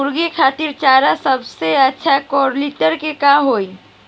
मुर्गी खातिर चारा सबसे अच्छा क्वालिटी के का होई?